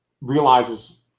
realizes